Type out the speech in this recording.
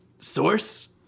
Source